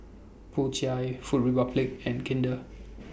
Po Chai Food Republic and Kinder